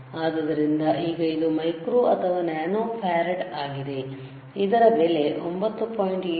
ಆದ್ದರಿಂದ ಈಗ ಇದು ಮೈಕ್ರೋ ಅಥವಾ ನ್ಯಾನೋ ಫರಾಡ್ ಆಗಿದೆ ಇದರ ಬೆಲೆ 9